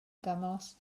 gymorth